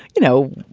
you know,